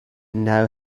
now